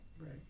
Right